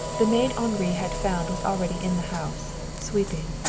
the maid henri had found was already in the house, sweeping.